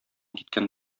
киткән